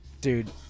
dude